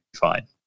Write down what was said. fine